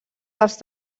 dels